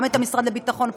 גם את המשרד לביטחון פנים,